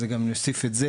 ואני אוסיף בפניה גם את זה,